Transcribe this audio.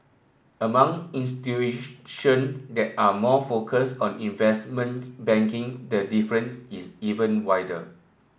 among institutions that are more focus on investment banking the difference is even wider